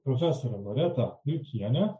profesorę loretą vilkienę